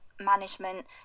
management